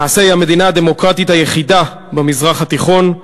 למעשה, היא המדינה הדמוקרטית היחידה במזרח התיכון.